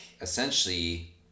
essentially